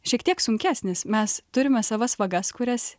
šiek tiek sunkesnis mes turime savas vagas kurias